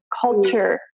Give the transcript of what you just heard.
culture